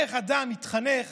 איך אדם מתחנך